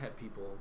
people